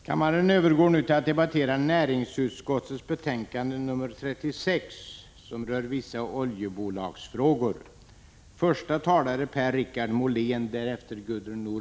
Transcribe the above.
Kammaren övergår nu till att debattera näringsutskottets betänkande 36 om vissa oljebolagsfrågor.